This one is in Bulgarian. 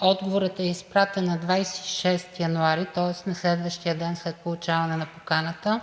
отговорът е изпратен на 26 януари, тоест на следващия ден след получаване на поканата,